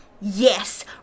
Yes